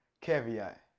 Caveat